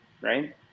right